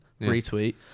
retweet